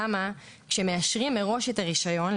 למה כשמאשרים מראש את הרישיון,